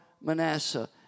Manasseh